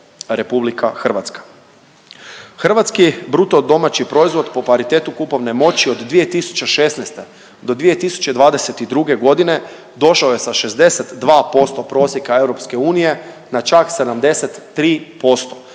se kreće RH. Hrvatski BDP po paritetu kupovne moći od 2016. do 2022.g. došao je sa 62% prosjeka EU na čak 73%.